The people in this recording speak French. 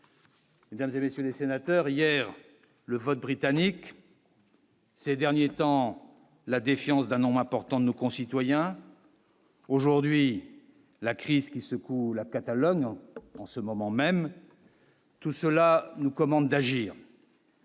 Mesdames et messieurs les sénateurs hier le vote britannique. Ces derniers temps la défiance d'un nombre important de nos concitoyens. Aujourd'hui, la crise qui secoue la Catalogne en ce moment même. Tout cela nous commande d'agir.